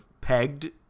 pegged